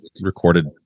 recorded